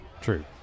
True